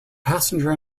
passenger